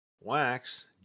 Wax